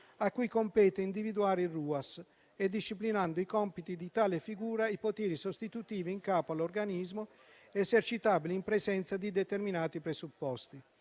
a cui compete individuare i RUAS e, disciplinando i compiti di tale figura, i poteri sostitutivi in capo all'Organismo esercitabili in presenza di determinati presupposti.